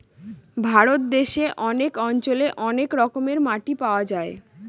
ভারত দেশে অনেক অঞ্চলে অনেক রকমের মাটি পাওয়া যায়